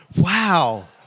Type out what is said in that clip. wow